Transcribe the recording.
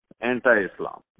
anti-Islam